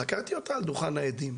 חקרתי אותה על דוכן העדים,